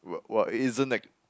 wh~ what isn't that